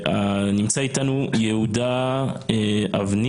נמצא איתנו יהודה אבני